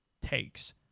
takes